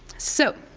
so,